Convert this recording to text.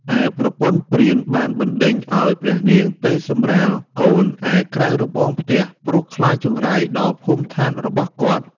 ឯប្រពន្ធព្រាន បានបណ្តេញឲ្យព្រះនាងទៅសម្រាលកូនឯក្រៅរបងផ្ទះ ព្រោះខ្លាចចង្រៃដល់ភូមិឋានរបស់គាត់។